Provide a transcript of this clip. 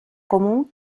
común